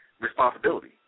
responsibility